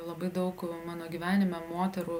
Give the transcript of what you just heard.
labai daug mano gyvenime moterų